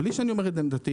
בלי שאני אומר את עמדתי,